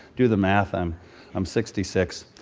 do the math, um i'm sixty six.